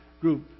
group